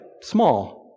small